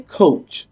coach